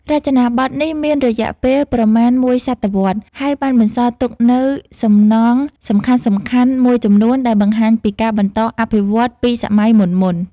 រចនាបថនេះមានរយៈពេលប្រមាណមួយសតវត្សរ៍ ហើយបានបន្សល់ទុកនូវសំណង់សំខាន់ៗមួយចំនួនដែលបង្ហាញពីការបន្តអភិវឌ្ឍន៍ពីសម័យមុនៗ។